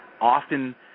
often